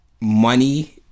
Money